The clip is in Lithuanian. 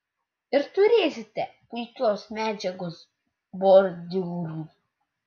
ir turėsite puikios medžiagos bordiūrui